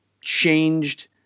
changed